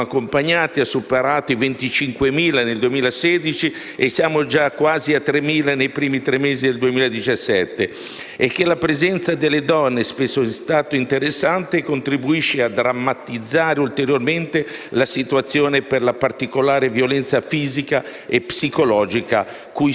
e che la presenza delle donne, spesso in stato interessante, contribuisce a drammatizzare ulteriormente la situazione per la particolare violenza fisica e psicologica cui sono sottoposte. Per l'Italia, signor Presidente del Consiglio, il problema è aggravato dalle sue particolari condizioni economiche: